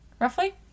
roughly